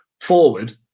forward